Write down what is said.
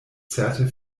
certe